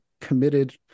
committed